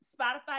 Spotify